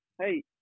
Hey